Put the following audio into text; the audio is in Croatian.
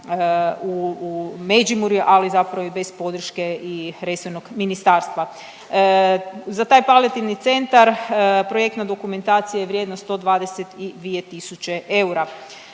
u Međimurju, ali zapravo i bez podrške i resornog ministarstva. Za taj palijativni centar projektna dokumentacija je vrijedna 122 tisuće eura.